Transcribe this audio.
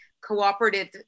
cooperative